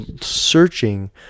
searching